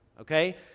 okay